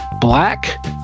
black